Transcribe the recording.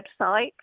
website